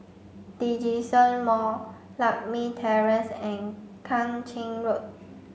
Djitsun Mall Lakme Terrace and Kang Ching Road